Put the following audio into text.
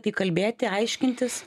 tai kalbėti aiškintis